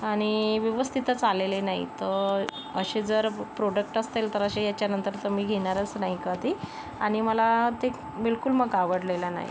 आणि व्यवस्थितच आलेले नाही तर असे जर प्रोडक्ट असतील तर असे याच्यानंतर तर मी घेणारच नाही कधी आणि मला तेक् बिलकुल मग आवडलेला नाही